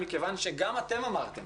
מכיוון שגם אתם אמרתם